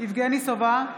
יבגני סובה,